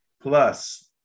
plus